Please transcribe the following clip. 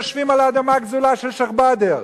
יושבים על אדמה גזולה של שיח'-באדר.